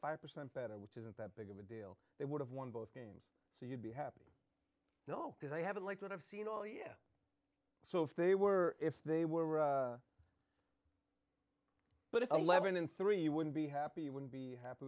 five percent better which isn't that big of a deal they would have won both games so you'd be happy you know because i haven't liked what i've seen oh yeah so if they were if they were but it's eleven in three you wouldn't be happy you wouldn't be happy